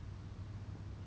went to